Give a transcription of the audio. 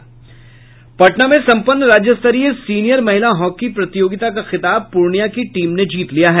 पटना में सम्पन्न राज्यस्तरीय सीनियर महिला हॉकी प्रतियोगिता का खिताब पूर्णिया की टीम ने जीत लिया है